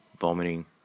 vomiting